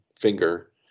finger